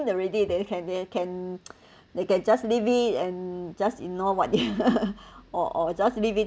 already they can they can they can just leave it and just ignore what ya or or just leave it